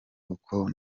uko